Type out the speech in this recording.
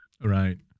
Right